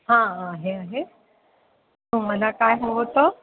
हां आहे आहे तुम्हाला काय हवं होतं